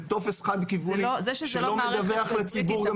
זה טופס חד-כיווני שלא מדווח לציבור גם